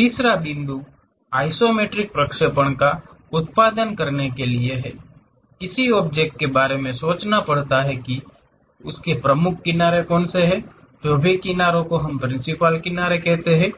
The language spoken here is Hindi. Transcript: तीसरा बिंदु आइसोमेट्रिक प्रक्षेपण का उत्पादन करने के लिए किसी ऑब्जेक्ट के बार मे सोचना पड़ता है ताकि उसके प्रमुख किनारों जो भी किनारों को हम प्रिंसिपल किनारे कहते हैं